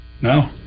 no